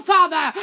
Father